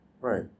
Right